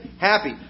Happy